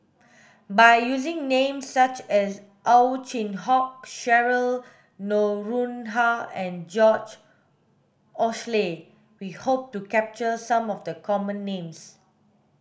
by using names such as Ow Chin Hock Cheryl Noronha and George Oehler we hope to capture some of the common names